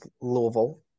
Louisville